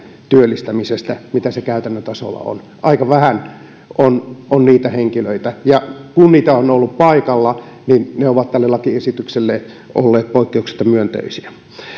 työllistämisestä mitä se käytännön tasolla on aika vähän on on niitä henkilöitä ja kun niitä on ollut paikalla niin ne ovat tälle lakiesitykselle olleet poikkeuksetta myönteisiä